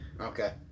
Okay